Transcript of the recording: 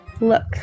Look